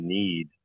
need